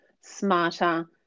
smarter